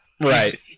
Right